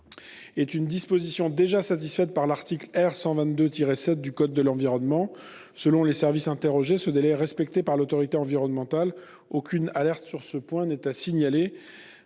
est une proposition déjà satisfaite par l'article R. 122-7 du code de l'environnement. Selon les services interrogés, ce délai est respecté par l'autorité environnementale ; aucune alerte sur ce point n'est à signaler.